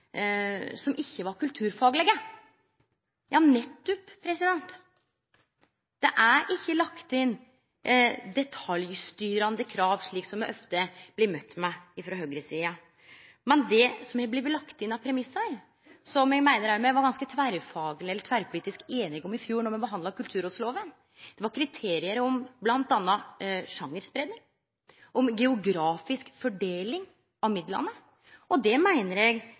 som ikkje var kulturfaglege. Ja, nettopp – det er ikkje lagt inn detaljstyrande krav, slik som me ofte blir møtt med frå høgresida. Men det som har blitt lagt inn av premissar, som eg meiner me òg var ganske tverrpolitisk einige om i fjor då me behandla kulturrådsloven, var kriterium om bl.a. sjangerspreiing og geografisk fordeling av midlane. Og det meiner eg